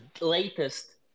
latest